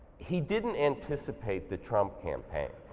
he didn't anticipate the trump campaign